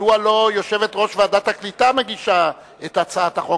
מדוע יושבת-ראש ועדת הקליטה לא מגישה את הצעת החוק